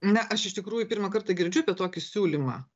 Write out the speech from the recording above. na aš iš tikrųjų pirmą kartą girdžiu apie tokį siūlymą